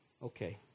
Okay